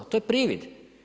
To je privid.